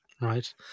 right